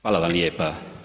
Hvala vam lijepa.